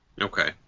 Okay